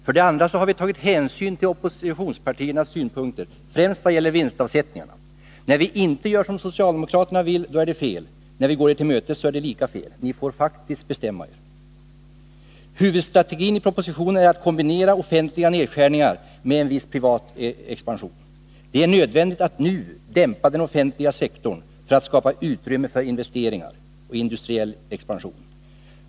För det andra har vi tagit hänsyn till oppositionspartiernas synpunkter, främst i vad gäller vinstavsättningarna. När vi inte gör som socialdemokraterna vill, då är det fel. När vi går dem till mötes, är det lika fel. Ni får faktiskt bestämma er. Huvudstrategin i propositionen är att kombinera offentliga nedskärningar med en viss privat expansion. Det är nödvändigt att nu dämpa den offentliga sektorn för att man skall kunna skapa utrymme för investeringar och industriell expansion.